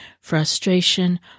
frustration